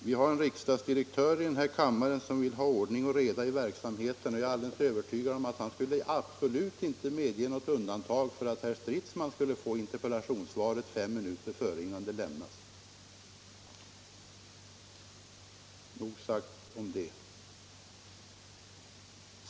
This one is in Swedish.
Vi har i denna kammare en riksdagsdirektör som vill ha ordning och reda i verksamheten, och jag är alldeles övertygad om att han inte skulle ha medgivit något undantag så att herr Stridsman skulle få interpellationssvaret fem minuter innan det lästes upp här i kammaren. Nog om det.